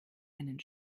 einen